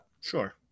Sure